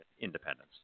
independence